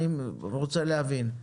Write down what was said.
אני רוצה להבין.